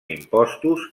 impostos